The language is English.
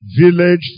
village